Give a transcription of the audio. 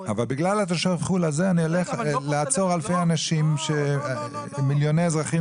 אבל בגלל תושב החו"ל הזה אעצור מיליוני אזרחים